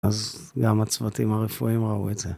אז גם הצוותים הרפואיים ראו את זה.